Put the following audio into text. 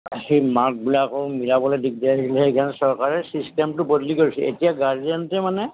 সেই মাৰ্কবিলাকো মিলাবলৈ দিগদাৰি হৈছিলে সেইকাৰণে চৰকাৰে ছিষ্টেমটো বদলি কৰিছে এতিয়া গাৰ্জেণ্টে মানে